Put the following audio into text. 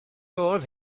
oedd